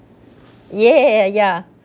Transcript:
ya ya